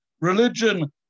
Religion